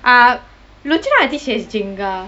uh lochana I think she has jenga